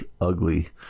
ugly